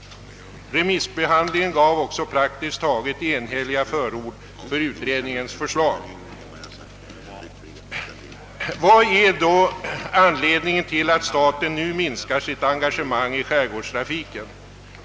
Remissbehandlingen gav också praktiskt taget enhälliga förord för utredningens förslag. Vad är då anledningen till att staten nu minskar sitt engagemang i skärgårdstrafiken?